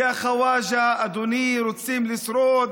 יא חוואג'ה, אדוני, רוצים לשרוד,